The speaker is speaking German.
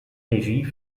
regie